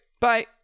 Bye